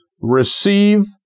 receive